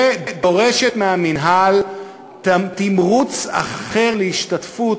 ודורשת מהמינהל תמרוץ אחר להשתתפות,